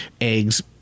eggs